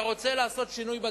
אתה רוצה לעשות שינוי בדירה,